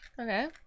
Okay